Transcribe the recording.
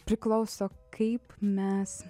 priklauso kaip mes